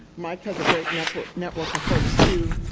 mike has a great network network of folks too.